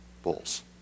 bulls